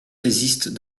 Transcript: résiste